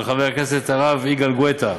של חבר הכנסת הרב יגאל גואטה,